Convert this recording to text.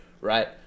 right